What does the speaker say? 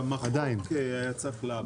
גם החוק היה צריך לעבור.